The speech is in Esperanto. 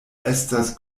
estas